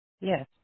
Yes